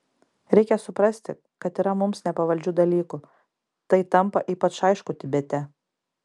reikia suprasti kad yra mums nepavaldžių dalykų tai tampa ypač aišku tibete